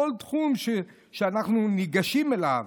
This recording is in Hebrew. בכל תחום שאנחנו ניגשים אליו,